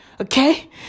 okay